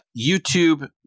YouTube